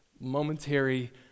momentary